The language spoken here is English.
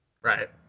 Right